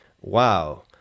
wow